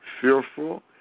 Fearful